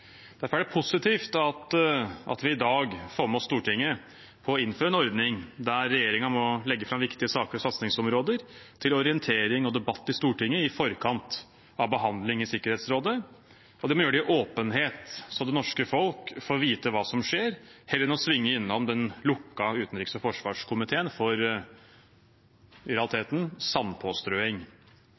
Derfor er det positivt at vi i dag får med Stortinget på å innføre en ordning der regjeringen må legge fram viktige saker og satsingsområder til orientering og debatt i Stortinget i forkant av behandling i Sikkerhetsrådet, og de må gjøre det i åpenhet så det norske folk får vite hva som skjer, heller enn å svinge innom den lukkede utenriks- og forsvarskomiteen for, i realiteten, sandpåstrøing.